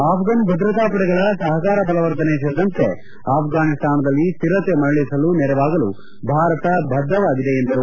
ಅಫ್ಟನ್ ಭದ್ರತಾ ಪಡೆಗಳ ಸಹಕಾರ ಬಲವರ್ಧನೆ ಸೇರಿದಂಥೆ ಅಫ್ರಾನಿಸ್ತಾನದಲ್ಲಿ ಸ್ಟಿರತೆ ಮರಳಿಸಲು ನೆರವಾಗಲು ಭಾರತ ಬದ್ದವಾಗಿದೆ ಎಂದರು